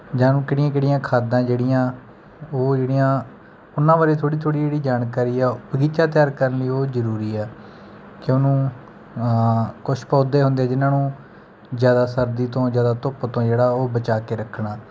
ਜਾਂ ਉਹਨੂੰ ਕਿਹੜੀਆਂ ਕਿਹੜੀਆਂ ਖਾਦਾਂ ਜਿਹੜੀਆਂ ਉਹ ਜਿਹੜੀਆਂ ਉਹਨਾਂ ਬਾਰੇ ਥੋੜ੍ਹੀ ਥੋੜ੍ਹੀ ਜਿਹੜੀ ਜਾਣਕਾਰੀ ਆ ਬਗੀਚਾ ਤਿਆਰ ਕਰਨ ਲਈ ਉਹ ਜ਼ਰੂਰੀ ਆ ਕਿ ਉਹਨੂੰ ਕੁਛ ਪੌਦੇ ਹੁੰਦੇ ਜਿੰਨ੍ਹਾਂ ਨੂੰ ਜ਼ਿਆਦਾ ਸਰਦੀ ਤੋਂ ਜ਼ਿਆਦਾ ਧੁੱਪ ਤੋਂ ਜਿਹੜਾ ਉਹ ਬਚਾ ਕੇ ਰੱਖਣਾ